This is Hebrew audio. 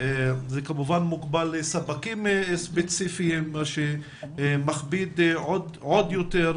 וזה כמובן מוגבל רק לספקים ספציפיים מה שמכביד עוד יותר,